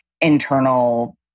internal